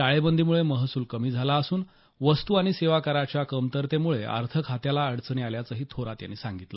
टाळेबंदीम्ळे महसूल कमी झाला असून वस्तू आणि सेवा कराच्या कमतरतेम्ळे अर्थ खात्याला अडचणी असल्याचंही थोरात यांनी सांगितलं